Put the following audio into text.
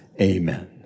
Amen